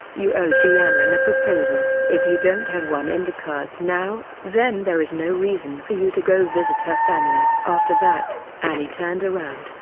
you owe ji yanran a proposal. if you don't have one in the cards now, then there is no reason for you to go visit her family. after that, annie turned around,